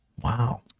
wow